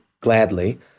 gladly